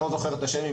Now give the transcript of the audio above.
אני לא זוכר את השם,